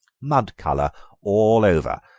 mud-colour all over,